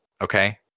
okay